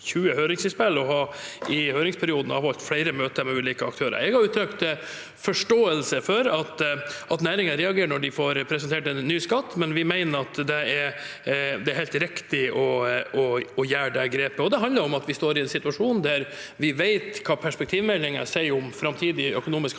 har i høringsperioden avholdt flere møter med ulike aktører. Jeg har uttrykt forståelse for at næringen reagerer når de får presentert en ny skatt, men vi mener at det er helt riktig å gjøre det grepet. Det handler om at vi står i en situasjon der vi vet hva perspektivmeldingen sier om framtidig økonomisk